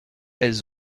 elles